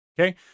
Okay